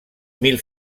mil